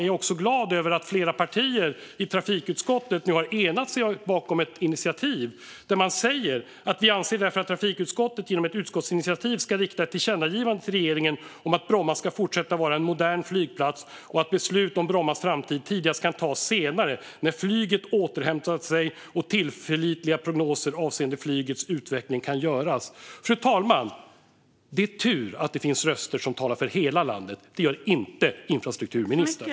Därför är jag glad över att flera partier i trafikutskottet har enat sig bakom ett initiativ. Man anser att trafikutskottet genom ett utskottsinitiativ ska rikta ett tillkännagivande till regeringen om att Bromma ska fortsätta att vara en modern flygplats och att beslut om Brommas framtid tidigast kan tas senare när flyget återhämtat sig och tillförlitliga prognoser avseende flygets utveckling kan göras. Fru talman! Det är tur att det finns röster som talar för hela landet. Det gör inte infrastrukturministern.